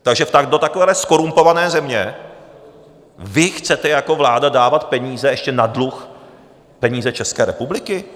Takže do takové zkorumpované země vy chcete jako vláda dávat peníze ještě na dluh, peníze České republiky?